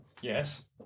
Yes